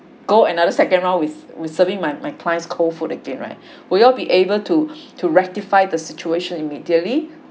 go another second round with with serving my my clients cold food again right will you be able to to rectify the situation immediately